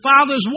father's